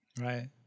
Right